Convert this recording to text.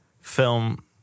film